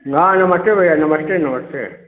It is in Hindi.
न नमस्ते भैया नमस्ते नमस्ते